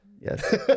Yes